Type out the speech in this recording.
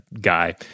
guy